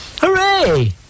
Hooray